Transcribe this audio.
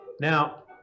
Now